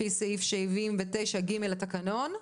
לפי סעיף 79(ג) לתקנון.